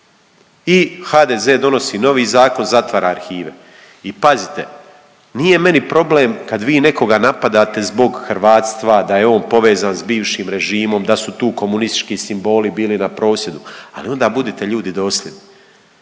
i HDZ donosi novi zakon zatvara arhive. I pazite, nije meni problem kad vi nekoga napadate zbog hrvatstva da je on povezan sa bivšim režimom, da su tu komunistički simboli bili na prosvjedu, ali onda budite ljudi dosljedni.